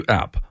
app